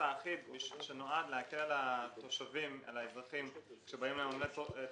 האחיד שנועד להקל על האזרחים שבאים למלא טופס,